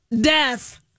death